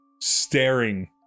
staring